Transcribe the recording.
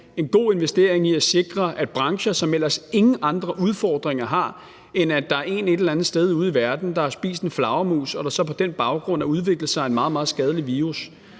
en god investering at sikre brancher, som ellers ingen andre udfordringer har, end at der er en et eller andet sted ude i verden, der har spist en flagermus, og at der så på den baggrund har udviklet sig en meget, meget skadelig virus.